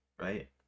right